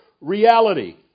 reality